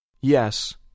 Yes